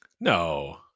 no